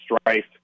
strife